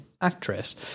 actress